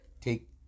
take